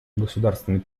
государственной